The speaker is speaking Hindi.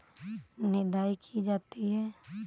निदाई की जाती है?